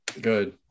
Good